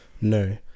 no